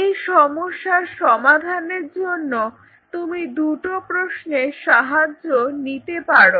এই সমস্যার সমাধানের জন্য তুমি দুটো প্রশ্নের সাহায্য নিতে পারো